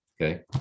okay